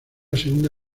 segunda